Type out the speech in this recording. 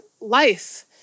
life